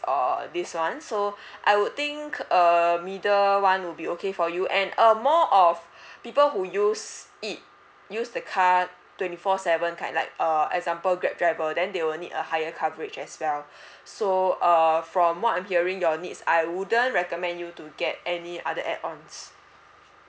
or these ones so I would think uh middle [one] will be okay for you and uh more of people who use it use the car twenty four seven kind like uh example grab driver then they will need a higher coverage as well so uh from what I'm hearing your needs I wouldn't recommend you to get any other add ons